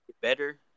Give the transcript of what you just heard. Better